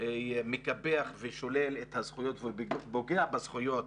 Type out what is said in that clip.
מקפח ושולל את הזכויות ופוגע בזכויות